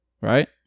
Right